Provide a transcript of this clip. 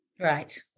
Right